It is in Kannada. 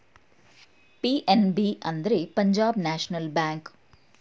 ಪಿ.ಎನ್.ಬಿ ಅಂದ್ರೆ ಪಂಜಾಬ್ ನ್ಯಾಷನಲ್ ಬ್ಯಾಂಕ್